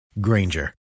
Granger